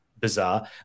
bizarre